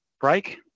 break